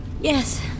Yes